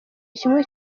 kimwe